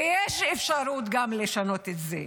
ויש אפשרות גם לשנות את זה.